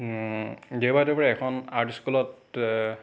দেওবাে দেওবাৰে এখন আৰ্ট স্কুলত